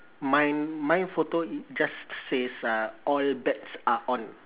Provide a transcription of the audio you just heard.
mine mine photo just says uh all bets are on